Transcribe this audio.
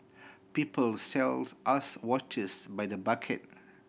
people sells us watches by the bucket